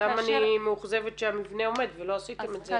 כאן אני מאוכזבת שהמבנה עומד ולא עשיתם את זה.